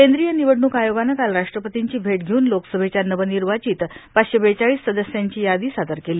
केंद्रीय निवडणूक आयोगानं काल राष्ट्रपतींची भेट घेऊन लोकसभेच्या नवनिर्वाचित पाचशे बेचाळीस सदस्यांची यादी सादर केली